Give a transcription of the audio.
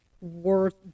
worth